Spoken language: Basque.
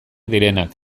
direnak